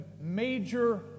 major